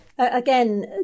Again